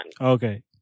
Okay